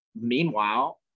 Meanwhile